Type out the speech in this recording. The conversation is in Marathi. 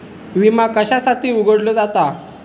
विमा कशासाठी उघडलो जाता?